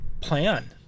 plan